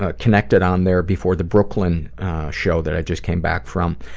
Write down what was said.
ah connected on there before the brooklyn show that i just came back from,